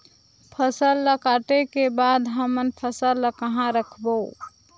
फसल ला काटे के बाद हमन फसल ल कहां रखबो?